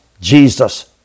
Jesus